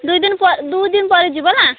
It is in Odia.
ଦୁଇ ଦିନ ପରେ ଦୁଇ ଦିନ ପରେ ଯିବ ହେଲା